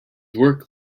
work